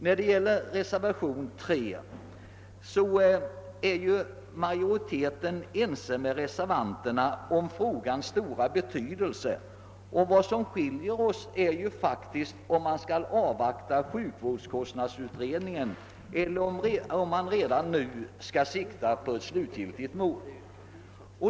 Beträffande reservationen 3 är utskottsmajoriteten ense med reservanterna om frågans stora betydelse. Vad som skiljer oss är om man bör vänta tills sjukvårdskostnadsutredningen har slutfört sitt uppdrag eller om man redan nu skall sikta på ett slutgiltigt mål.